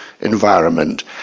environment